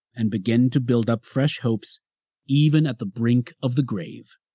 and begin to build up fresh hopes even at the brink of the grave.